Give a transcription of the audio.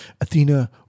Athena